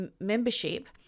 membership